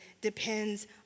depends